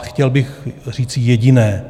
Chtěl bych říci jediné.